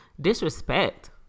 disrespect